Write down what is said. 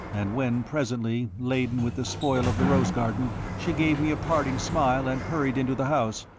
and when presently, laden with the spoil of the rose garden, she gave me a parting smile and hurried into the house,